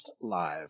Live